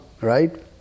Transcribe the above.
right